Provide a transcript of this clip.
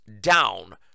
down